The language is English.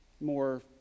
more